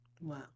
Wow